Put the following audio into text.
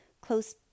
close